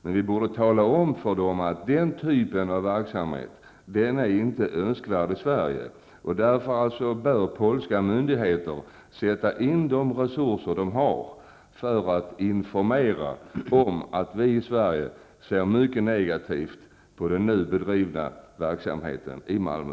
Men vi borde tala om för dem att den här typen av verksamhet inte är önskvärd i Sverige. Därför bör polska myndigheter sätta in de resurser de har till förfogande för att informera om att vi i Sverige ser mycket negativt på den nu bedrivna verksamheten i Malmö.